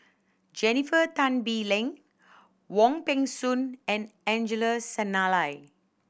Jennifer Tan Bee Leng Wong Peng Soon and Angelo Sanelli